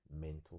mental